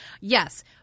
yes